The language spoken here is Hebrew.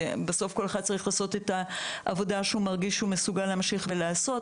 בסוף כל אחד צריך לעשות את העבודה שהוא מרגיש שהוא מסוגל להמשיך ולעשות,